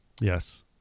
Yes